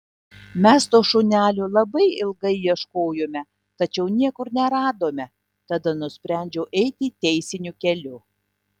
mes to šunelio labai ilgai ieškojome tačiau niekur neradome tada nusprendžiau eiti teisiniu keliu